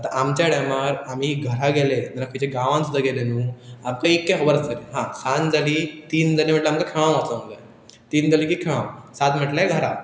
आतां आमच्या टायमार आमी घरा गेले जाल्यार खंयच्या गांवान सुद्दा गेले न्हू आमकां इतके खबर आस जले हा सांज जाली तीन जाली म्हटल्यार आमकां खेळांक वचोंक जाय तीन जालीं की खेळां सात म्हटल्यार घरा